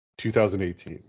2018